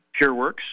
PureWorks